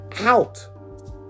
out